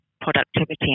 productivity